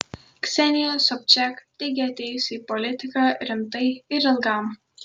ksenija sobčiak teigia atėjusi į politiką rimtai ir ilgam